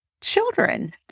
children